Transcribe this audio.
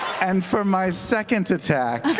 and for my second attack.